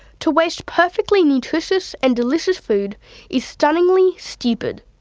to waste perfectly nutritious and delicious food is stunningly stupid.